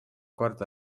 korda